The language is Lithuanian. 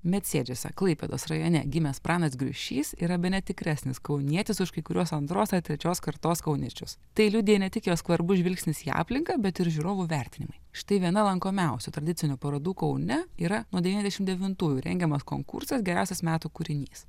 medsėdžiuose klaipėdos rajone gimęs pranas griušys yra bene tikresnis kaunietis už kai kuriuos antros ar trečios kartos kauniečius tai liudija ne tik jo skvarbus žvilgsnis į aplinką bet ir žiūrovų vertinimai štai viena lankomiausių tradicinių parodų kaune yra nuodevyniasdešimtųjų rengiamas konkursas geriausias metų kūrinys